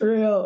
Real